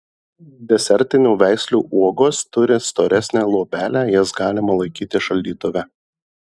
desertinių veislių uogos turi storesnę luobelę jas galima laikyti šaldytuve